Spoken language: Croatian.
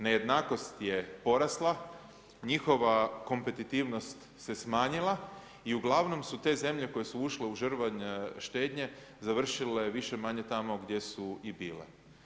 Nejednakost je porasla, njihova kompetitivnost se smanjila i uglavnom su te zemlje koje su ušle u žrvanj štednje, završile više-manje tamo gdje su i bile.